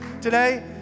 today